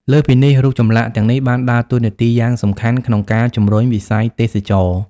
លើសពីនេះ រូបចម្លាក់ទាំងនេះបានដើរតួនាទីយ៉ាងសំខាន់ក្នុងការ ជំរុញវិស័យទេសចរណ៍។